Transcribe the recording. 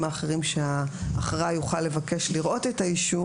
האחרים שהאחראי יוכל לבקש לראות את האישור.